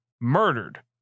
murdered